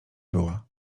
była